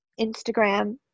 Instagram